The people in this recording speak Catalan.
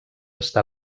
està